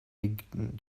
winkten